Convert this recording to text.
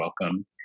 welcome